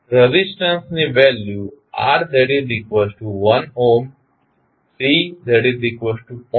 resistance ની value R1 Ω C0